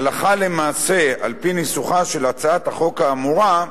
הלכה למעשה, על-פי ניסוחה של הצעת החוק האמורה,